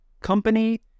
company